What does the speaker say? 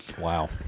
Wow